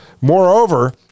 Moreover